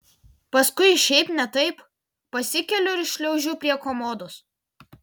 paskui šiaip ne taip pasikeliu ir šliaužiu prie komodos